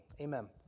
amen